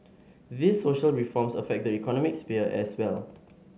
these social reforms affect the economic sphere as well